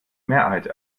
mehrheit